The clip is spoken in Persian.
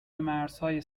مرزهای